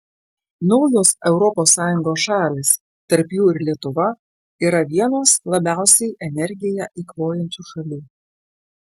naujos europos sąjungos šalys tarp jų ir lietuva yra vienos labiausiai energiją eikvojančių šalių